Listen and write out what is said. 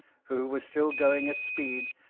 who was still going at speed,